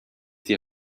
dir